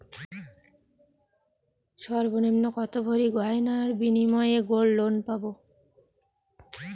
সর্বনিম্ন কত ভরি গয়নার বিনিময়ে গোল্ড লোন পাব?